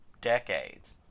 decades